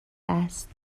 است